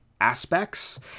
aspects